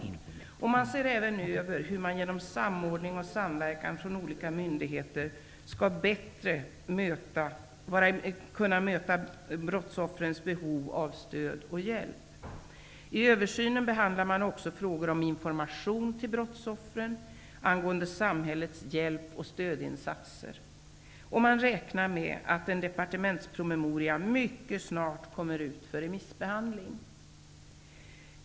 Man gör också en översyn för att utröna hur man genom samordning och samverkan från olika myndigheter bättre kan möta brottsoffrens behov av stöd och hjälp. Vid översynen behandlar man också frågor om information till brottsoffren angående samhällets hjälp och stödinsatser. Man räknar med att en departementspromemoria mycket snart kan bli föremål för remissbehandling.